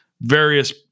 various